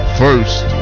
first